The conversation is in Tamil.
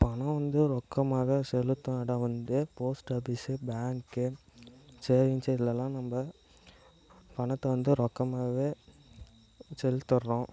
பணம் வந்து ரொக்கமாக தான் செலுத்தும் இடம் வந்து போஸ்ட் ஆபீஸ்ஸு பேங்க்கு சேவிங்ஸு இதுலல்லாம் நம்ப பணத்தை வந்து ரொக்கமாகவே செலுத்துர்றோம்